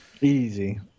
Easy